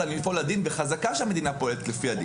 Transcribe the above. לפעול כדין וחזקה שהמדינה פועלת לפי הדין.